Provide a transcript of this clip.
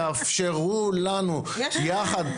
בואו תאפשרו לנו יחד,